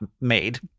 made